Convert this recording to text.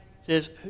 says